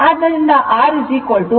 ಆದ್ದರಿಂದ R 0